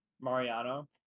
mariano